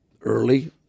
early